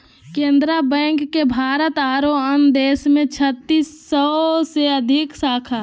Canara bank के भारत आरो अन्य देश में छत्तीस सौ से अधिक शाखा हइ